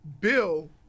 Bill –